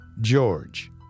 George